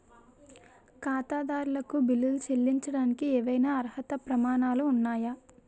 ఖాతాదారులకు బిల్లులు చెల్లించడానికి ఏవైనా అర్హత ప్రమాణాలు ఉన్నాయా?